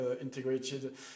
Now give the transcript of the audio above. integrated